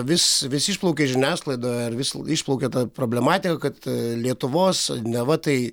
vis vis išplaukia žiniasklaidoje ar vis išplaukia ta problematika kad lietuvos neva tai